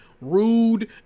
rude